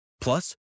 Plus